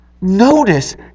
Notice